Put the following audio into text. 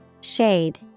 Shade